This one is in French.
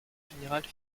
général